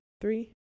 three